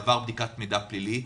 עבר בדיקת מידע פלילי,